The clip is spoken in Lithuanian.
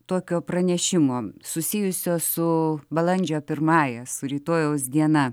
tokio pranešimo susijusio su balandžio pirmąja su rytojaus diena